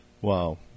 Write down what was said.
Wow